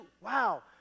Wow